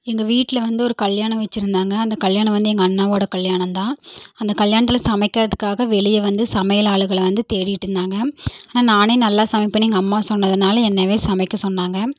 எங்கள் வீட்டில வந்து ஒரு கல்யாணம் வச்சிருந்தாங்கள் அந்த கல்யாணம் வந்து எங்கள் அண்ணாவோட கல்யாணம் தான் அந்த கல்யாணத்தில் சமைக்கிறதுக்காக வெளியே வந்து சமையல் ஆளுகளை வந்து தேடிகிட்டு இருந்தாங்கள் ஆனால் நானே நல்லா சமைப்பேன்னு எங்கள் அம்மா சொன்னதனால என்னையவே சமைக்க சொன்னாங்கள்